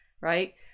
right